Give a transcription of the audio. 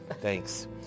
Thanks